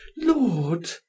Lord